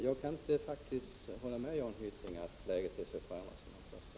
Jag kan alltså inte hålla med Jan Hyttring om att läget är så förändrat som han påstår.